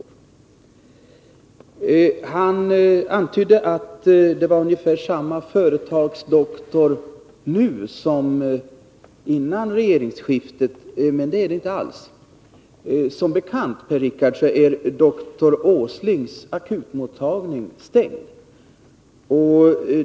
Per-Richard Molén antydde vidare att vi har ungefär samma typ av företagsdoktor nu som före regeringsskiftet. Men så är det inte alls. Som bekant är doktor Åslings akutmottagning stängd.